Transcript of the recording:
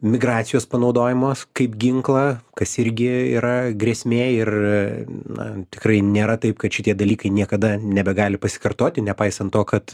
migracijos panaudojamos kaip ginklą kas irgi yra grėsmė ir na tikrai nėra taip kad šitie dalykai niekada nebegali pasikartoti nepaisant to kad